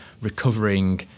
recovering